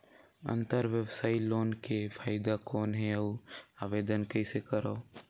अंतरव्यवसायी लोन के फाइदा कौन हे? अउ आवेदन कइसे करव?